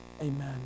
Amen